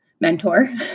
mentor